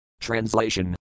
Translation